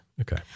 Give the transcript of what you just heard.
Okay